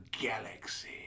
galaxy